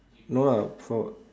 no lah for